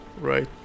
Right